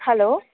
hello